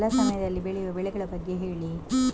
ಎಲ್ಲಾ ಸಮಯದಲ್ಲಿ ಬೆಳೆಯುವ ಬೆಳೆಗಳ ಬಗ್ಗೆ ಹೇಳಿ